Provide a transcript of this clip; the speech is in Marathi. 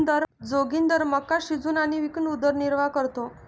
जोगिंदर मका शिजवून आणि विकून उदरनिर्वाह करतो